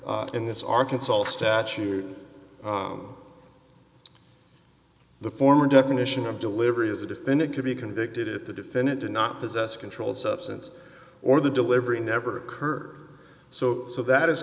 in this arkansas statute the former definition of delivery is a defendant to be convicted if the defendant did not possess a controlled substance or the delivery never occurred so so that is